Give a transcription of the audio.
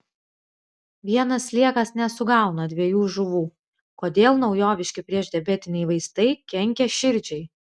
vienas sliekas nesugauna dviejų žuvų kodėl naujoviški priešdiabetiniai vaistai kenkia širdžiai